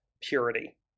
purity